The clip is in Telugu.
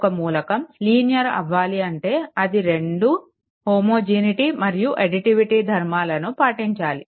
ఒక మూలకం లీనియర్ అవ్వాలి అంటే అది రెండు హోమోజినీటి మరియు అడ్డిటివిటీ ధర్మాలను పాటించాలి